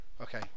Okay